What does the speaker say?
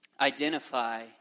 identify